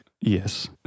Yes